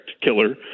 killer